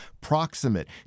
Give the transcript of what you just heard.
proximate